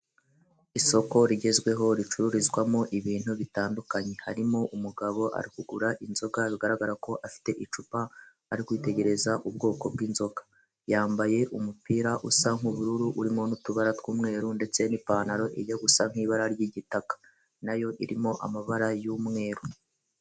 Isoko rigezweho ricururizwamo ibintu bitandukanye, harimo umugabo ari kugura inzoga bigaragara ko afite icupa, ari kwitegereza ubwoko bw'inzoka. Yambaye umupira usa nk'ubururu urimo n'utubara tw'umweru ndetse n'ipantaro ijya gusa nk'ibara ry'igitaka, nayo irimo amabara y'umweru.